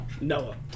Noah